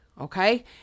Okay